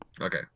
Okay